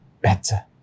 better